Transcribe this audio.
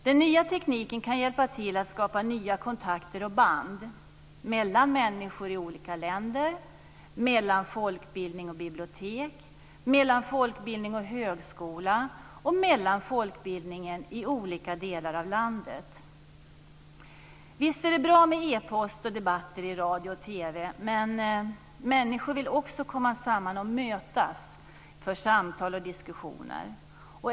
Den nya tekniken kan hjälpa till att skapa nya kontakter och band mellan människor i olika länder, mellan folkbildning och bibliotek, mellan folkbildning och högskola och mellan folkbildningen i olika delar av landet. Visst är det bra med e-post och debatter i radio och TV. Men människor vill också komma samman och mötas för samtal och diskussioner.